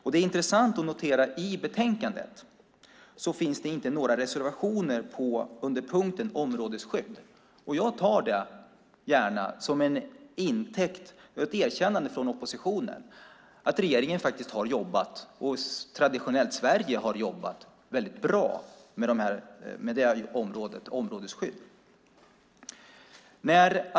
Det är intressant att notera att det i betänkandet inte finns några reservationer under punkten om områdesskydd. Jag tar det gärna som ett erkännande från oppositionen av att regeringen och traditionellt Sverige har jobbat bra med områdesskydd.